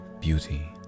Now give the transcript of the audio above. beauty